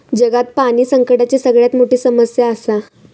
जगात पाणी संकटाची सगळ्यात मोठी समस्या आसा